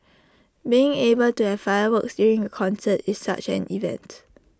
being able to have fireworks during A concert is such an event